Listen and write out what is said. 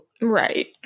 Right